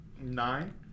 Nine